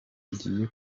ugiye